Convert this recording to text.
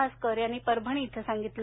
भास्कर यांनी परभणी इथं सांगितलं